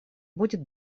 будет